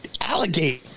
alligator